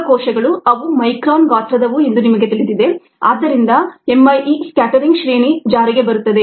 ಜೀವಕೋಶಗಳು ಅವು ಮೈಕ್ರಾನ್ ಗಾತ್ರದವು ಎಂದು ನಿಮಗೆ ತಿಳಿದಿದೆ ಆದ್ದರಿಂದ mie ಸ್ಕ್ಯಾಟರಿಂಗ್ ಶ್ರೇಣಿ ಜಾರಿಗೆ ಬರುತ್ತದೆ